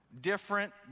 different